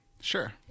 Sure